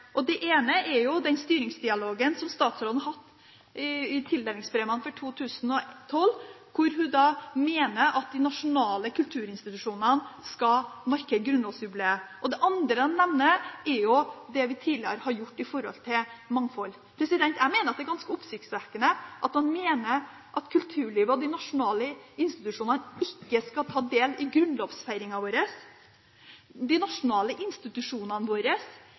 Det ene er styringsdialogen som statsråden hadde i tildelingsbrevene for 2012, der hun mener at de nasjonale kulturinstitusjonene skal markere grunnlovsjubileet. Det andre de mener noe om, er det vi tidligere har gjort med hensyn til mangfold. Jeg mener det er ganske oppsiktsvekkende at de mener at kulturlivet og de nasjonale institusjonene ikke skal ta del i grunnlovsfeiringen vår. De nasjonale institusjonene våre